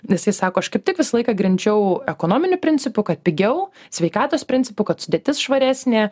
nes jis sako aš kaip tik visą laiką grindžiau ekonominiu principu kad pigiau sveikatos principu kad sudėtis švaresnė